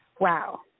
Wow